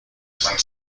von